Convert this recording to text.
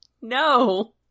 no